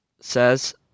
says